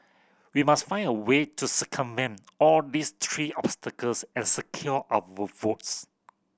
we must find a way to circumvent all these tree obstacles and secure our votes